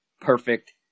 perfect